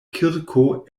kirko